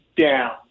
down